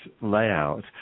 layout